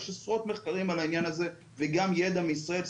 יש עשרות מחקרים על העניין הזה וגם ידע מישראל.